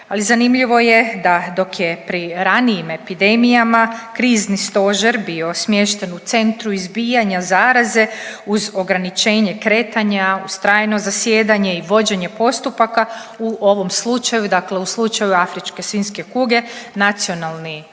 ali zanimljivo je da dok je pri ranijim epidemijama krizni stožer bio smješten u centru izbijanja zaraze uz ograničenje kretanja, uz trajno zasjedanje i vođenje postupaka, u ovom slučaju, dakle u slučaju ASK, nacionalni stožer